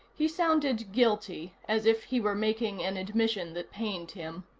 he sounded guilty, as if he were making an admission that pained him.